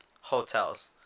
hotels